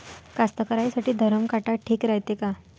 कास्तकाराइसाठी धरम काटा ठीक रायते का?